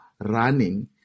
running